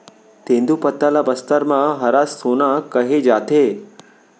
तेंदूपत्ता ल बस्तर म हरा सोना कहे जाथे